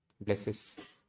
blesses